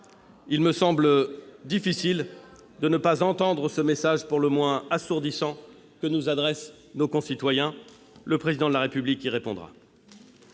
il me semble difficile de ne pas entendre le message pour le moins assourdissant que nous adressent nos concitoyens. Le Président de la République y répondra.